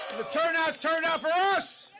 the turnout turned out for us!